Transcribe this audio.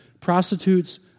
prostitutes